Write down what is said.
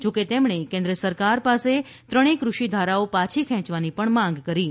જો કે તેમણે કેન્દ્ર સરકાર પાસે ત્રણેય ક઼ષિ ધારાઓ પાછી ખેંચવાની માગ કરી હતી